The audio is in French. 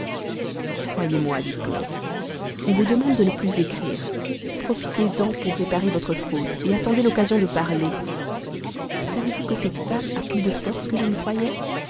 croyez-moi vicomte on vous demande de ne plus écrire profitez-en pour réparer votre faute attendez l'occasion de parler savez-vous que cette femme a plus de force que je ne croyais